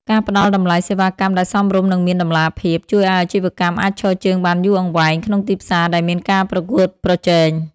ការផ្ដល់តម្លៃសេវាកម្មដែលសមរម្យ និងមានតម្លាភាព ជួយឱ្យអាជីវកម្មអាចឈរជើងបានយូរអង្វែងក្នុងទីផ្សារដែលមានការប្រកួតប្រជែង។